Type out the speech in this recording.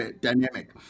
dynamic